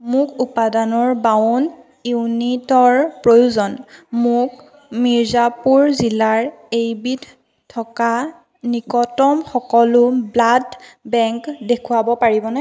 মোক উপাদানৰ বাৱন ইউনিটৰ প্ৰয়োজন মোক মিৰ্জাপুৰ জিলাৰ এইবিধ থকা নিকটতম সকলো ব্লাড বেংক দেখুৱাব পাৰিবনে